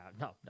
no